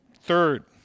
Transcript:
Third